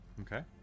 Okay